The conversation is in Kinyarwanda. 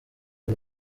ari